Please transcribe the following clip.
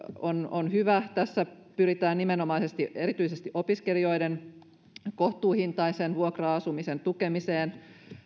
on hyvä tässä pyritään nimenomaisesti erityisesti opiskelijoiden kohtuuhintaisen vuokra asumisen tukemiseen